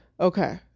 Okay